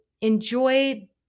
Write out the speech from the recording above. enjoy